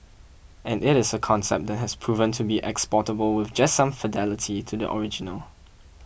and it is a concept that has proven to be exportable with just some fidelity to the original